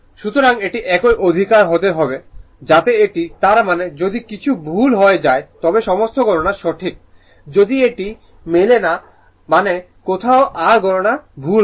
সুতরাং এটি একই অধিকার হতে হবে যাতে এটি তার মানে যদি কিছু ভুল হয়ে যায় তবে সমস্ত গণনা সঠিক যদি এটি মেলে না মানে কোথাও r গণনা ভুল হয়েছে